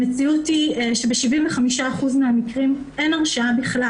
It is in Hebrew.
המציאות היא שב-75% מן המקרים אין הרשעה בכלל.